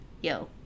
yo